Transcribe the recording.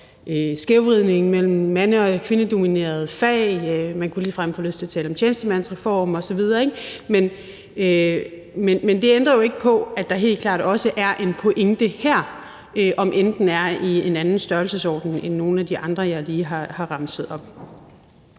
skævvridningen mellem mande- og kvindedominerede fag. Man kunne ligefrem få lyst til at tale om tjenestemandsreformen osv. Men det ændrer jo ikke på, at der helt klart også er en pointe her, om end den er i en anden størrelsesorden end de andre, jeg lige har remset op.